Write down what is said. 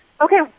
okay